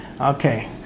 Okay